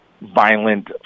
violent